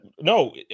No